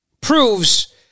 proves